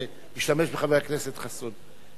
משתמש בחבר הכנסת חסון.